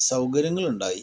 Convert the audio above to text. സൗകര്യങ്ങളുണ്ടായി